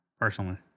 personally